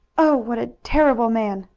oh, what a terrible man!